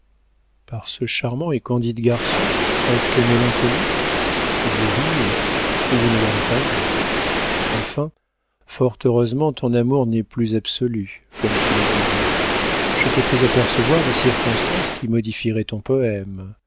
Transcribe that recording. par ce charmant et candide garçon presque mélancolique vous riez ou vous ne l'avez pas vu enfin fort heureusement ton amour n'est plus absolu comme tu le disais je te fais apercevoir des circonstances qui modifieraient ton poëme